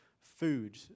food